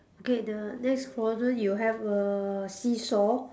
okay the next corner you have a seesaw